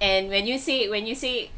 and when you say when you say